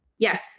Yes